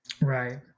Right